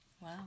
Wow